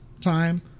time